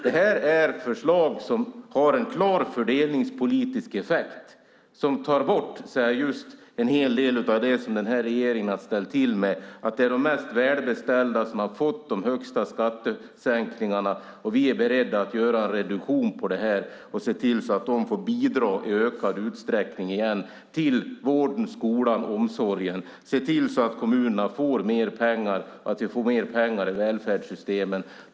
Detta är förslag som har en klar fördelningspolitisk effekt och tar bort en hel del av det denna regering ställt till med, nämligen att det är de mest välbeställda som har fått de största skattesänkningarna. Vi är beredda att göra en reduktion på detta och se till att de återigen får bidra i ökad utsträckning till vården, skolan och omsorgen och se till att kommunerna får mer pengar i välfärdssystemen.